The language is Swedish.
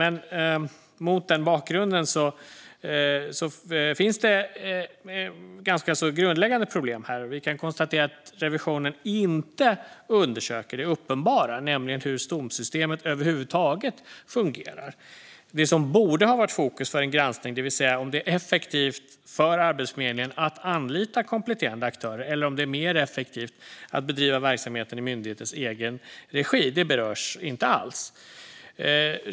Mot den bakgrunden finns det ganska grundläggande problem. Vi kan konstatera att revisionen inte undersöker det uppenbara, nämligen hur Stomsystemet över huvud taget fungerar. Det som borde ha varit fokus för en granskning, det vill säga om det är effektivt för Arbetsförmedlingen att anlita kompletterande aktörer eller om det är mer effektivt att bedriva verksamheten i myndighetens egen regi, berörs inte alls.